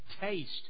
taste